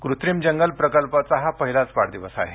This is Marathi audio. कृत्रिम जंगल प्रकल्पचा हा पहिलाच वाढदिवस आहे